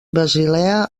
basilea